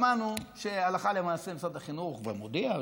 שמענו שהלכה למעשה משרד החינוך מודיע שהוא,